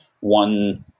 one